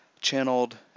channeled